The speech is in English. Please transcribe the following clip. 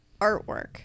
artwork